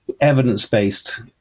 evidence-based